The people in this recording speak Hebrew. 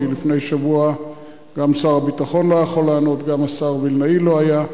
כי לפני שבוע גם שר הביטחון לא יכול היה לענות וגם השר וילנאי לא היה.